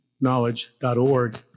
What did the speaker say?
knowledge.org